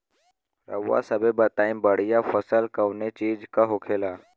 रउआ सभे बताई बढ़ियां फसल कवने चीज़क होखेला?